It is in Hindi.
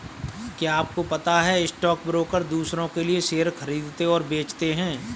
क्या आपको पता है स्टॉक ब्रोकर दुसरो के लिए शेयर खरीदते और बेचते है?